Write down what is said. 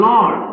Lord